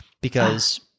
because-